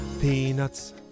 Peanuts